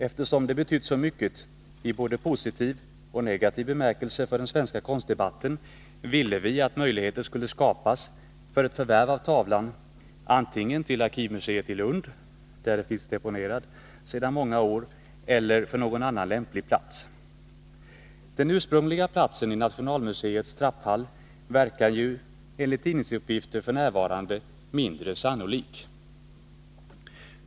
Eftersom det har betytt så mycket i både positiv och negativ bemärkelse för den svenska konstdebatten, ville vi att möjligheter skulle skapas för ett förvärv av tavlan, antingen för arkivmuseet i Lund, där den finns deponerad sedan många år tillbaka, eller för någon annan lämplig plats. Den ursprungliga platsen i Nationalmuseets trapphall verkar ju f. n. enligt tidningsuppgifter mindre sannolik.